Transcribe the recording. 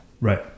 Right